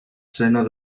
seno